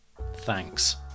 Thanks